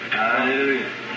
Hallelujah